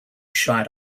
shy